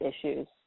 issues